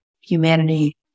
humanity